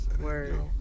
Word